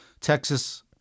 Texas